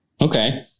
Okay